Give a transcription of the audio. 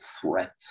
threat